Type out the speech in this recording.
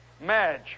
Madge